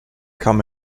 kam